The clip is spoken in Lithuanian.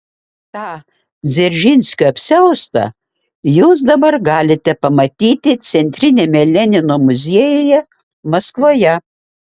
tą dzeržinskio apsiaustą jūs dabar galite pamatyti centriniame lenino muziejuje maskvoje